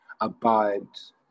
abides